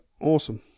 awesome